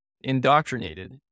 indoctrinated